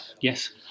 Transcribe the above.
Yes